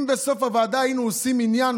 אם בסוף הוועדה היינו עושים מניין,